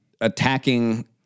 Attacking